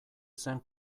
zen